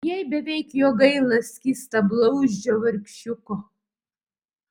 jai beveik jo gaila skystablauzdžio vargšiuko